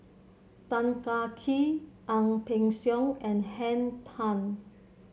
Tan Kah Kee Ang Peng Siong and Henn Tan